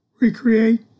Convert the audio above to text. recreate